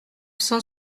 cent